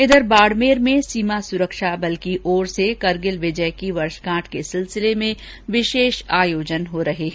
इधर बाड़मेर में सीमा सुरक्षा बल की ओर से करगिल विजय की वर्षगांठ के सिलसिले में विशेष आयोजन हो रहे हैं